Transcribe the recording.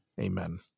amen